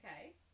okay